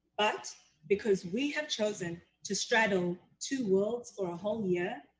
but because we have chosen to straddle two worlds for a whole year,